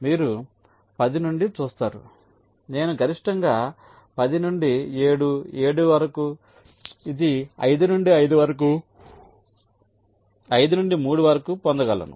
మీరు 10 నుండి చూస్తారు నేను గరిష్టంగా 10 నుండి 7 7 వరకు ఇది 5 నుండి 5 వరకు 5 నుండి 3 వరకు పొందగలను